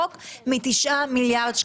תוספת תקציבית למשרד לביטחון לאומי וגופיו.